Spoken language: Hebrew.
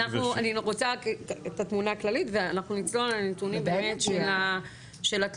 אני רוצה רק את התמונה הכללית ואנחנו נצלול לנתונים באמת של התלונות.